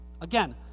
Again